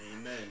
Amen